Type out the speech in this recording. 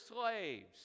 slaves